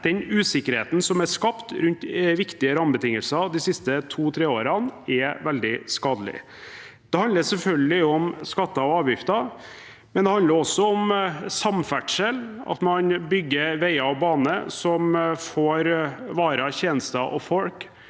Den usikkerheten som er skapt rundt viktige rammebetingelser de siste to–tre årene, er veldig skadelig. Det handler selvfølgelig om skatter og avgifter, men det handler også om samferdsel, at man bygger vei og bane som får varer, tjenester og folk